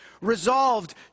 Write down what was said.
Resolved